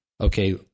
okay—